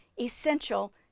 essential